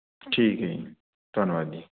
ਠੀਕ ਹੈ ਜੀ ਧੰਨਵਾਦ ਜੀ